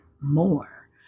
more